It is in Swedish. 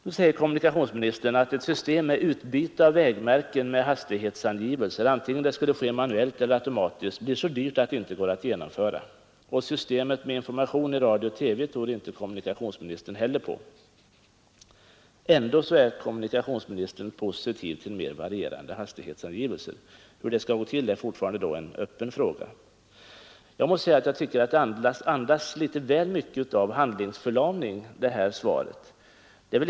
Då säger kommunikationsministern att ett system med utbyte av vägmärken med hastighetsangivelser, vare sig det skulle ske manuellt eller automatiskt, blir så dyrt att det inte går att genomföra. Systemet med information i radio och TV trodde kommunikationsministern inte heller på. Ändå är kommunikationsministern positiv till mer varierande hastighetsangivelser. Hur det skall gå till är då fortfarande en öppen fråga. Jag tycker att kommunikationsministerns svar andas väl mycket av handlingsförlamning.